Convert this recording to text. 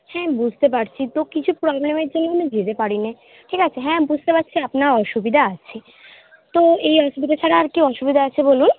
হ্যাঁ বুঝতে পারছি তো কিছু প্রবলেমের জন্য আমি যেতে পারি নি ঠিক আছে হ্যাঁ বুঝতে পারছি আপনার অসুবিধা আছে তো এই অসুবিধা ছাড়া আর কী অসুবিধা আছে বলুন